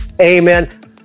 amen